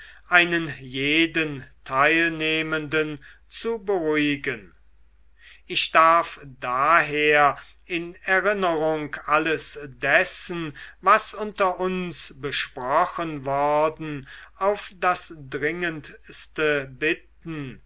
einen jeden teilnehmenden zu beruhigen ich darf daher in erinnerung alles dessen was unter uns besprochen worden auf das dringendste bitten